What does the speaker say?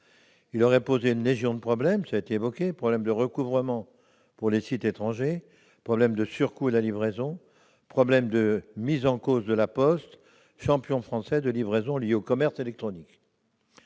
il aurait posé une légion de problèmes : problème de recouvrement pour les sites étrangers, problème de surcoût à la livraison, problème de mise en cause de La Poste, champion français de la livraison liée au commerce électronique.